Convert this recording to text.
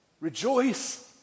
Rejoice